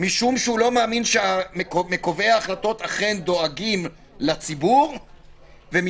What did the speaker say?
משום שהוא לא מאמין שקובעי ההחלטות אכן דואגים לציבור ומשום